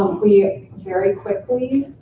we very quickly